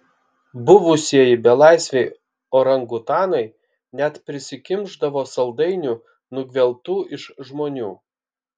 buvusieji belaisviai orangutanai net prisikimšdavo saldainių nugvelbtų iš žmonių